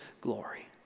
glory